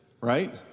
right